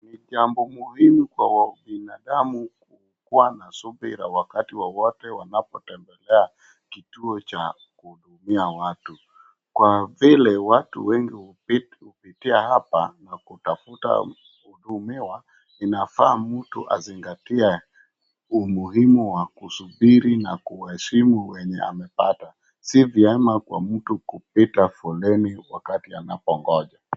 Ni jambo muhimu kwa binadamu kuwa na subira wakati wowote wanapotembelea kituo cha kuhudumia watu. Kwa vile watu wengi hupitia hapa na kutafuta kuhudumiwa, inafaa mtu azingatie umuhimu wa kusubiri na kuwaheshimu wenye amepata. Si vyema kwa mtu kupita foleni wakati anapongoja.